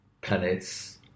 planets